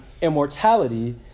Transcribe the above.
immortality